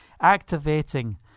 activating